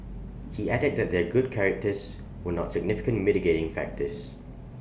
he added that their good characters were not significant mitigating factors